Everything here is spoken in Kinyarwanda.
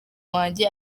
wanjye